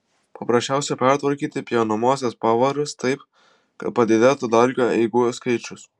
paprasčiausia pertvarkyti pjaunamosios pavaras taip kad padidėtų dalgio eigų skaičius